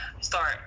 start